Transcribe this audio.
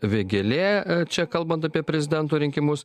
vėgėlė čia kalbant apie prezidento rinkimus